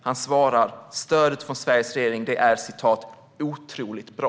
Han svarar: Stödet från Sveriges regering är "otroligt bra".